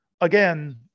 Again